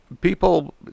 people